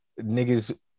Niggas